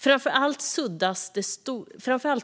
Framför allt